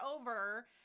over